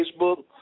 Facebook